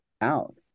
out